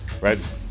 Reds